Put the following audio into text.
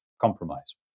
compromise